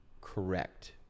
correct